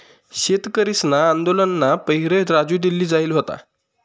शेतकरीसना आंदोलनना पाहिरे राजू दिल्ली जायेल व्हता